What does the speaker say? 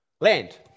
land